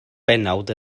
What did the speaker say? bennawd